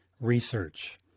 research